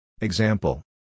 Example